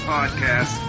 Podcast